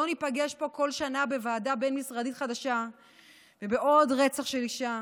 שלא ניפגש פה כל שנה בוועדה בין-משרדית חדשה ובעוד רצח של אישה.